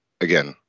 again